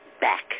back